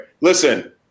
listen